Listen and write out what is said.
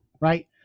Right